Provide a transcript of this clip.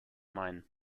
main